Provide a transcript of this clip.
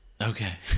Okay